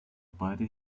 padre